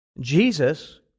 Jesus